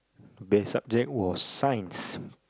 best subject was Science